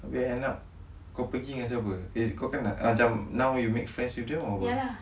abeh end up kau pergi dengan siapa now you make friends with them or [what]